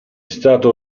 stato